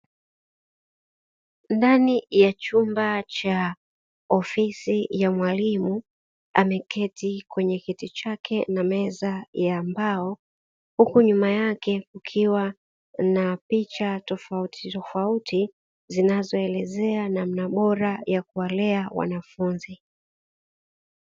Ndani ya chumba cha ofisi ya mwalimu; ameketi kwenye kiti chake na meza ya mbao, huku nyuma yake kukiwa na picha tofautitofauti zinazoelezea namna bora za kuwalea wanafunzi.